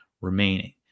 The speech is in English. remaining